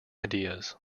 ideas